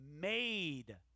made